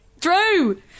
Drew